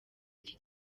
iki